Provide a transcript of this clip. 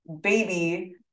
baby